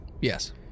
Yes